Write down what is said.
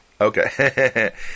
Okay